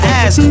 ass